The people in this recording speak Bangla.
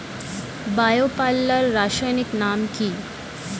বায়ো পাল্লার রাসায়নিক নাম কি?